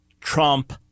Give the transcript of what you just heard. Trump